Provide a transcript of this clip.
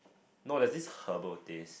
no there's this herbal taste